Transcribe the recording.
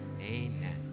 amen